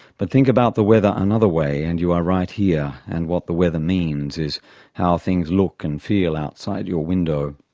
but think about the weather another way and you are right here, and what the weather means is how things look and feel outside your window.